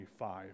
25